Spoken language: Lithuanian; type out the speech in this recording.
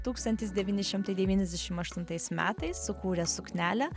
tūkstantis devyni šimtai devyniasdešim aštuntais metais sukūrė suknelę